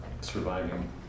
surviving